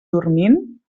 dormint